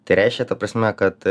tai reiškia ta prasme kad